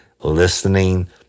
listening